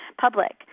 public